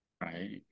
Right